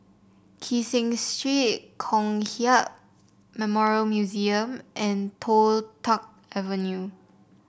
Kee Seng Street Kong Hiap Memorial Museum and Toh Tuck Avenue